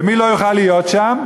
ומי לא יוכל להיות שם?